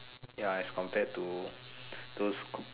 ya is compared to those co